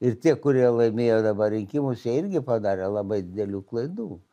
ir tie kurie laimėjo dabar rinkimus jie irgi padarė labai didelių klaidų